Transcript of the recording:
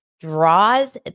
draws